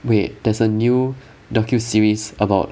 wait there's a new docu series about